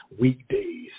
weekdays